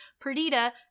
Perdita